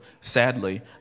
sadly